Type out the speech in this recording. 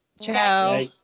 Ciao